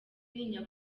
ntinya